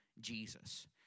Jesus